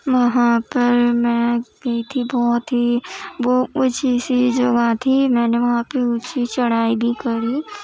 وہاں پر میں گئی تھی بہت ہی وہ کچھ اونچی سی جگہ تھی میں نے وہاں پہ اونچی چڑھائی بھی کری